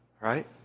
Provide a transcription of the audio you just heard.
Right